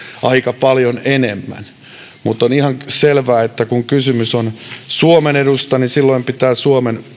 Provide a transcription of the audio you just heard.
aika paljon enemmän on ihan selvää että kun kysymys on suomen edusta niin silloin pitää suomen